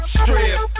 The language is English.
strip